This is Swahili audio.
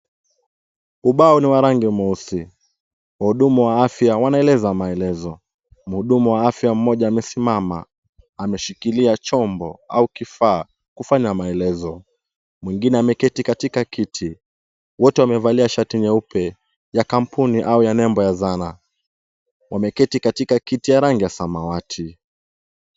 Ubao ni wa rangi mweusi. Wahudumu wa afya wanaeleza maelezo. Mhudumu wa afya mmoja amesimama, ameshikilia chombo au kifaa kufanya maelezo. Mwingine ameketi katika kiti. Wote wamevalia shati nyeupe ya kampuni au ya nembo ya dhana. Wameketi katika kiti ya rangi ya samawati.